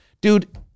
dude